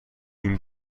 این